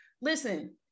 Listen